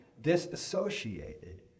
disassociated